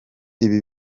ibi